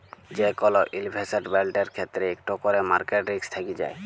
যে কল ইলভেসেটমেল্টের ক্ষেত্রে ইকট ক্যরে মার্কেট রিস্ক থ্যাকে যায়